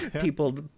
people